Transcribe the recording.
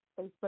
Facebook